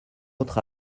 autre